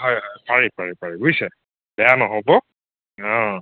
হয় হয় পাৰি পাৰি পাৰি বুজিছে বেয়া নহ'ব অ'